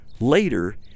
Later